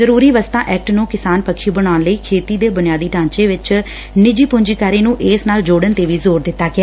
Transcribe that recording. ਜ਼ਰੁਰੀ ਵਸਤਾਂ ਐਕਟ ਨੰ ਕਿਸਾਨ ਪੱਖੀ ਬਣਾਉਣ ਲਈ ਖੇਤੀ ਦੇ ਬੁਨਿਆਦੀ ਢਾਂਚੇ ਵਿਚ ਨਿੱਜੀ ਪੁੰਜੀਕਾਰੀ ਨੰ ਇਸ ਨਾਲ ਜੋੜਨ ਤੇ ਵੀ ਜੋਰ ਦਿੱਤਾ ਗਿਆ